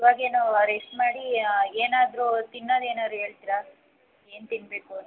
ಇವಾಗೇನೂ rest ಮಾಡಿ ಏನಾದರೂ ತಿನ್ನದು ಏನಾರೂ ಹೇಳ್ತ್ರಾ ಏನು ತಿನ್ನಬೇಕು